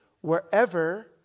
Wherever